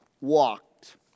walked